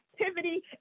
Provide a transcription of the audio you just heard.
activity